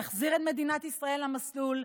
נחזיר את מדינת ישראל למסלול,